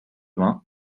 vingts